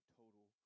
total